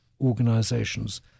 organizations